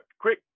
quick